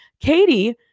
Katie